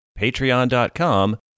Patreon.com